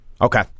Okay